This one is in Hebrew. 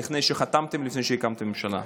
לפני שחתמתם ולפני שהקמתם ממשלה.